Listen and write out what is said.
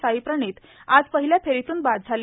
साईप्रणित आज पहिल्या फेरीतून बाद झाले